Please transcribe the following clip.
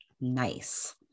nice